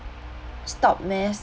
stop mess